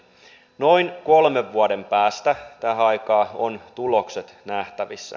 noin kolmen vuoden päästä tähän aikaan ovat tulokset nähtävissä